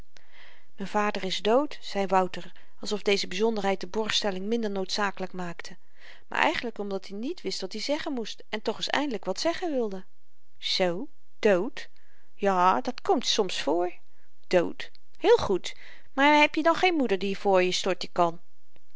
m'n vader is dood zei wouter alsof deze byzonderheid de borgstelling minder noodzakelyk maakte maar eigenlyk omdat i niet wist wat i zeggen moest en toch ns eindelyk wat zeggen wilde zoo dood ja dat komt soms voor dood heel goed maar heb je dan geen moeder die voor je storten kan